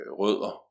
rødder